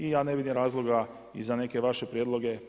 I ja ne vidim razloga i za neke vaše prijedloge.